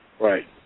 Right